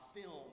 film